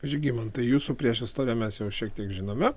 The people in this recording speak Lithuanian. žygimantai jūsų priešistorę mes jau šiek tiek žinome